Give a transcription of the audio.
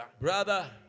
Brother